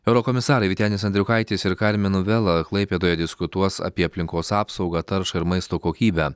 eurokomisarai vytenis andriukaitis ir karmenu vela klaipėdoje diskutuos apie aplinkos apsaugą taršą ir maisto kokybę